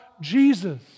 Jesus